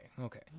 Okay